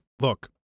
Look